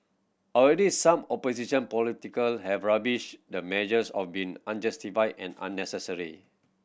already some opposition politician have rubbished the measures of being unjustified and unnecessary